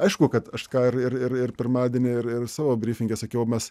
aišku kad aš ką ir ir ir pirmadienį ir ir savo brifinge sakiau mes